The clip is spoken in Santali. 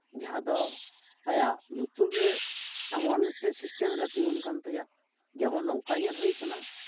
ᱡᱟᱦᱟᱸ ᱫᱚ ᱟᱭᱟᱜ ᱞᱩᱛᱩᱨ ᱜᱮ ᱮᱢᱚᱱ ᱢᱤᱫᱴᱮᱡ ᱥᱤᱥᱴᱮᱢ ᱨᱮ ᱛᱤᱸᱜᱩᱱ ᱠᱟᱱ ᱛᱟᱭᱟ ᱡᱮᱢᱚᱱ ᱱᱚᱝᱠᱟ ᱧᱮᱞ ᱦᱩᱭ ᱠᱟᱱᱟ